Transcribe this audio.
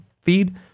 feed